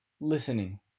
listening